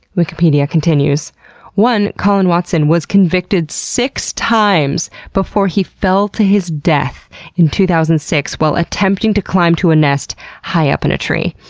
wikipedia continues one, colin watson, was convicted six times before he fell to his death in two thousand and six, while attempting to climb to a nest high up in a tree.